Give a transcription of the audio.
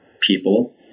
people